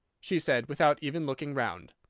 she said, without even looking round.